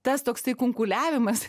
tas toksai kunkuliavimas